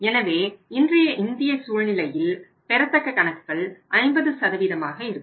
எனவே இன்றைய இந்திய சூழ்நிலையில் பெறத்தக்க கணக்குகள் 50 ஆக இருக்கும்